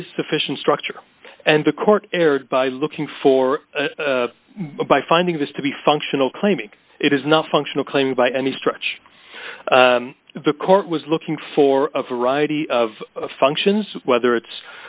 is sufficient structure and the court erred by looking for by finding this to be functional claiming it is not functional claimed by any stretch the court was looking for of a variety of functions whether it's